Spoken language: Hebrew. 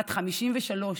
בת 53,